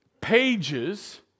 pages